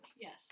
Yes